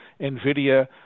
NVIDIA